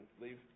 leave